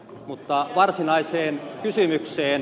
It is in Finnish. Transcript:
mutta varsinaiseen kysymykseen